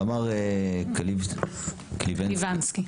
תמר קליסבנסקי,